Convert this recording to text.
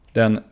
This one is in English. den